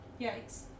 Yikes